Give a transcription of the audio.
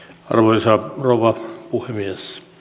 arvoisa rouva puhemies